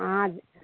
अहाँ